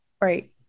Right